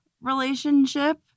relationship